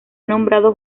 nombrado